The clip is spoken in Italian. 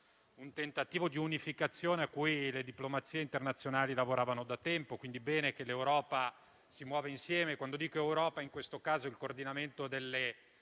un tentativo di unificazione a cui le diplomazie internazionali lavoravano da tempo. Quindi, bene che l'Europa si muova insieme (e quando dico Europa, in questo caso, mi riferisco al coordinamento delle